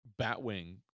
Batwing